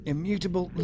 Immutable